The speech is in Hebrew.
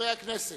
חברי הכנסת,